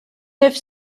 neuf